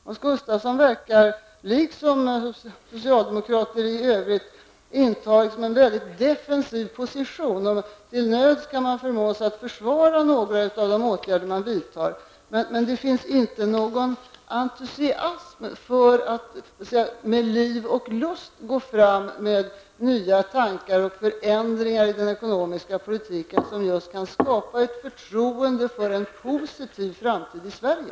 Hans Gustafsson verkar, liksom socialdemokrater i övrigt, inta en mycket defensiv position. Till nöds kan man förmås att försvara några av de åtgärder man vidtar, men det finns inte någon entusiasm för att med liv och lust gå fram med nya tankar och förändringar i den ekonomiska politiken som kan skapa förtroende för en positiv framtid i Sverige.